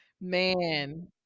man